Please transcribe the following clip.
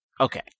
Okay